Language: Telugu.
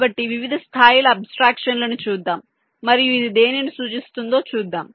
కాబట్టి వివిధ స్థాయిల అబ్స్ట్రాక్షన్ లను చూద్దాం మరియు ఇది దేనిని సూచిస్తుందో చూద్దాం